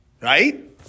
Right